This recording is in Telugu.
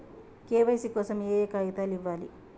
కే.వై.సీ కోసం ఏయే కాగితాలు ఇవ్వాలి?